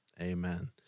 Amen